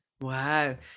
wow